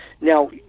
Now